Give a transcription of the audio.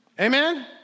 Amen